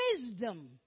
wisdom